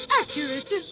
accurate